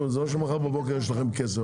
זה לא שמחר בבוקר יש לכם כסף.